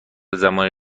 زمانی